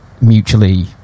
mutually